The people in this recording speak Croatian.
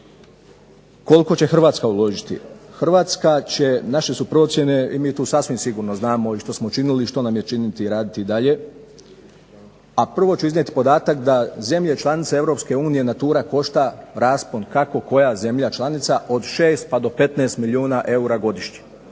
Koliko će Hrvatska uložiti? Hrvatska će, naše su procjene i mi tu sasvim sigurno znamo i što smo učinili i što nam je činiti i raditi dalje, a prvo ću iznijeti podatak da zemlje članice Europske unije natura košta raspon kako koja zemlja članica od 6 pa do 15 milijuna eura godišnje.